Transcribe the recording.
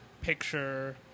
picture